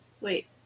Wait